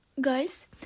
Guys